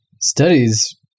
studies